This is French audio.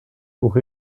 pour